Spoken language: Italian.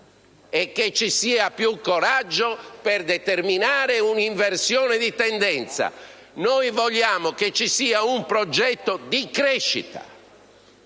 che ci sia più coraggio per determinare un'inversione di tendenza. Noi vogliamo che ci sia un progetto di crescita,